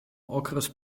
okres